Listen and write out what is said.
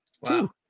Wow